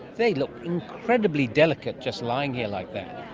they look incredibly delicate just lying here like that.